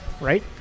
right